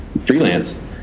freelance